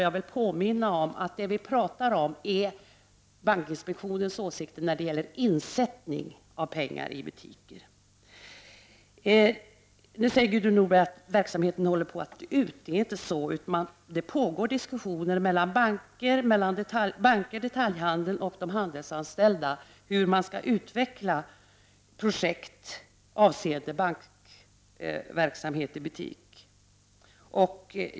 Jag vill påminna om att det som vi talar om är bankinspektionens åsikter om insättning av pengar i butiker. Nu säger Gudrun Norberg att verksamheten håller på att dö ut. Det är inte så, utan det pågår diskussioner mellan banker, detaljhandel och de handelsanställda om hur man skall utveckla projekt avseende bankverksamhet i butik.